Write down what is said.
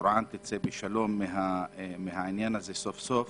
שקוראן תצא בשלום מזה סוף-סוף